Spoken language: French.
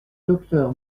docteur